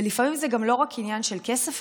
לפעמים זה גם לא רק עניין של כסף,